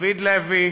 דוד לוי,